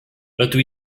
rydw